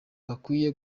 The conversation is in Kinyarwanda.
bakwiye